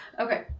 Okay